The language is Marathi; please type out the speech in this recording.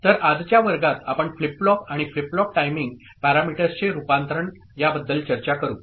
तर आजच्या वर्गात आपण फ्लिप फ्लॉप आणि फ्लिप फ्लॉप टायमिंग पॅरामीटर्सचे रूपांतरण याबद्दल चर्चा करू